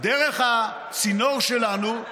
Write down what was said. דרך הצינור שלנו,